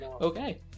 Okay